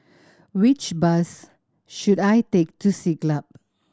which bus should I take to Siglap